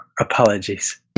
Apologies